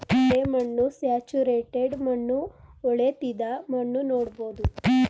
ಕೆರೆ ಮಣ್ಣು, ಸ್ಯಾಚುರೇಟೆಡ್ ಮಣ್ಣು, ಹೊಳೆತ್ತಿದ ಮಣ್ಣು ನೋಡ್ಬೋದು